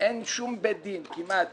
שום בית דין כמעט